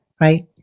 right